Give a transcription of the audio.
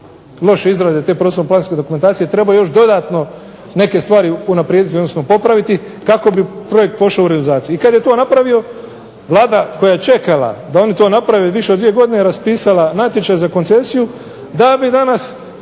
loše izrade te prostorno-planske dokumentacije tabalo još dodatno neke stvari unaprijediti odnosno popraviti kako bi projekt pošao u realizaciju. I kada je to napravio, Vlada koja je čekala da oni to naprave više od dvije godine, raspisala je natječaj za koncesiju da bi danas